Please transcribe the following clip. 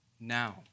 now